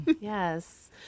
yes